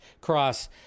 cross